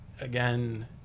again